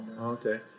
okay